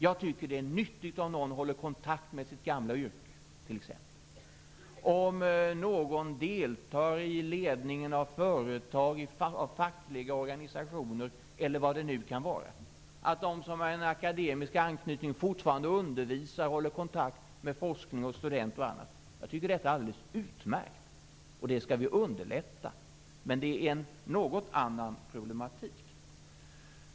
Jag tycker att det är nyttigt om någon håller kontakt med sitt gamla yrke, t.ex. deltar i ledningen av företag och fackliga organisationer, eller vad det nu kan vara, att de som har en akademisk anknytning fortfarande undervisar och håller kontakt med forskning, studenter och annat. Jag tycker att detta är alldeles utmärkt. Det skall vi underlätta. Men det är en något annan problematik.